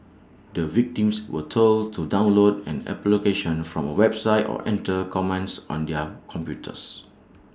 the victims were told to download an application from A website or enter commands on their computers